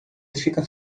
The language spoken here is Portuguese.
fica